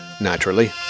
naturally